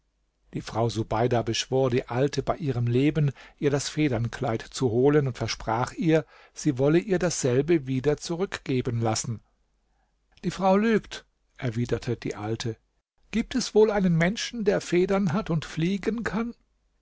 die frau subeida beschwor die alte bei ihrem leben ihr das federnkleid zu holen und versprach ihr sie wolle ihr dasselbe wieder zurückgeben lassen die frau lügt erwiderte die alte gibt es wohl einen menschen der federn hat und fliegen kann